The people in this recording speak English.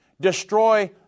Destroy